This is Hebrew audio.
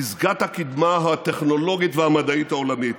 פסגת הקדמה הטכנולוגית והמדעית העולמית,